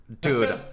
Dude